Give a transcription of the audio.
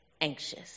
anxious